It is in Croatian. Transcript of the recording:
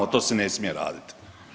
To se ne smije radit.